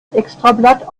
extrablatt